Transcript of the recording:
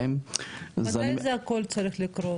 מתי כל זה צריך לקרות?